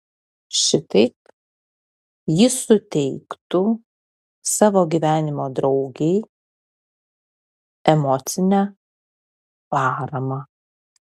šitaip jis suteiktų savo gyvenimo draugei emocinę paramą